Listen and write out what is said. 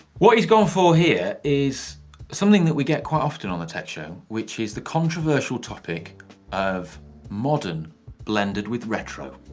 what he's gone for here is something that we get quite often on the tech show, which is the controversial topic of modern blended with retro.